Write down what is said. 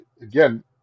Again